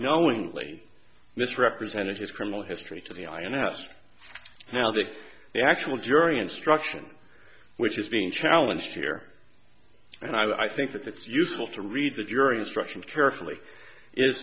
knowingly misrepresented his criminal history to the ins now the actual jury instruction which is being challenged here and i think that it's useful to read the jury instructions carefully is